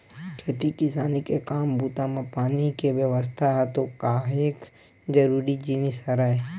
खेती किसानी के काम बूता म पानी के बेवस्था ह तो काहेक जरुरी जिनिस हरय